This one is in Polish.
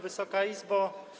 Wysoka Izbo!